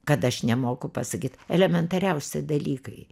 kad aš nemoku pasakyt elementariausi dalykai